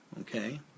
okay